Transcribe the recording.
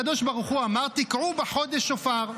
הקדוש ברוך אמר: תקעו בחודש שופר.